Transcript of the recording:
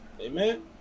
Amen